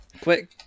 Quick